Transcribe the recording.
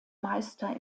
meister